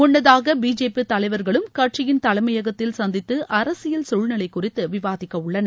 முன்னதாக பிஜேபி தலைவர்களும் கட்சியின் தலைமையகத்தில் சந்தித்து அரசியல் குழ்நிலை குறித்து விவாதிக்கவுள்ளனர்